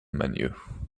menu